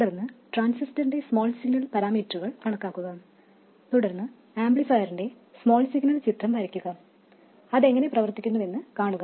തുടർന്ന് ട്രാൻസിസ്റ്ററിന്റെ small signal പാരാമീറ്ററുകൾ കണക്കാക്കുക തുടർന്ന് ആംപ്ലിഫയറിന്റെ സ്മോൾ സിഗ്നൽ ചിത്രം വരയ്ക്കുക അത് എങ്ങനെ പ്രവർത്തിക്കുന്നുവെന്ന് കാണുക